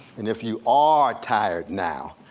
and if you are tired now,